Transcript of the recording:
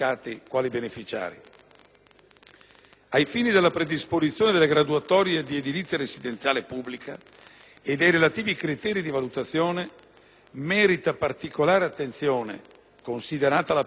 Ai fini della predisposizione delle graduatorie di edilizia residenziale pubblica e dei relativi criteri di valutazione, considerata la penuria di appartamenti disponibili,